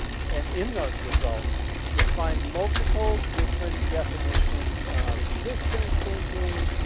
and in those results you'll find multiple different definitions of systems thinking,